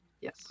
Yes